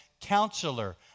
counselor